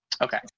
Okay